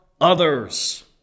others